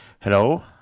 hello